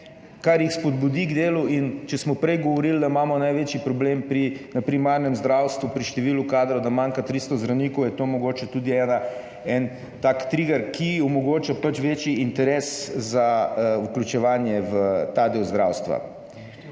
kar jih spodbudi k delu. In če smo prej govorili, da imamo največji problem na primarnem zdravstvu pri številu kadrov, da manjka 300 zdravnikov, je to mogoče tudi en tak triger, ki omogoča pač večji interes za vključevanje v ta del zdravstva.